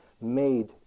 made